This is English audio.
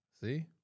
see